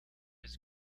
his